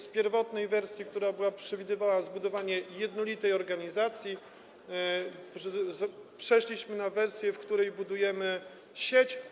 Z pierwotnej wersji, która przewidywała zbudowanie jednolitej organizacji, przeszliśmy na wersję, w której budujemy sieć.